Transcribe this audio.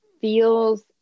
feels